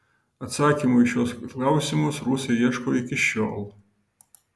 atsakymų į šiuos klausimus rusai ieško iki šiol